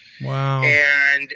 Wow